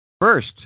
First